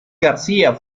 garcía